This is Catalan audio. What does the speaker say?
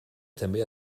també